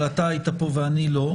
אבל אתה היית פה ואני לא.